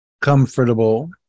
comfortable